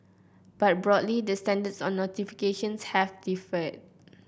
but broadly the standards on notification have differed